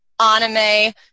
anime